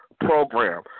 program